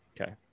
okay